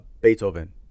Beethoven